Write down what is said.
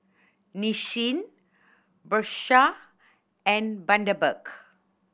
Nissin Bershka and Bundaberg